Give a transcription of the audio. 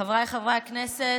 חבריי חברי הכנסת,